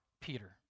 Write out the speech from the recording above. Peter